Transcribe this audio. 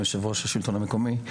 יושב-ראש השלטון המקומי.